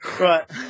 Right